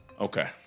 Okay